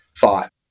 thought